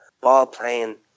ball-playing